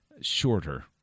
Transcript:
shorter